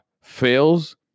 fails